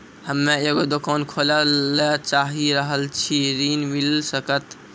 हम्मे एगो दुकान खोले ला चाही रहल छी ऋण मिल सकत?